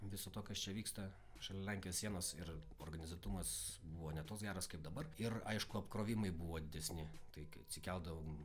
viso to kas čia vyksta šalia lenkijos sienos ir organizuotumas buvo ne toks geras kaip dabar ir aišku apkrovimai buvo didesni tai kai atsikeldavom